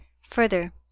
Further